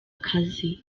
akazi